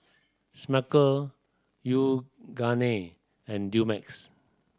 Smucker Yoogane and Dumex